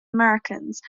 americans